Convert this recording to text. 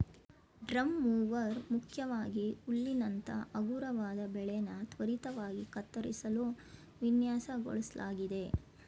drum mower ಮುಖ್ಯವಾಗಿ ಹುಲ್ಲಿನಂತ ಹಗುರವಾದ ಬೆಳೆನ ತ್ವರಿತವಾಗಿ ಕತ್ತರಿಸಲು ವಿನ್ಯಾಸಗೊಳಿಸ್ಲಾಗಿದೆ